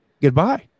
goodbye